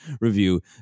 review